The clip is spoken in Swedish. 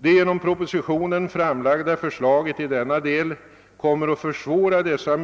Det i propositionen framlagda förslaget i denna del kommer att försvåra detta,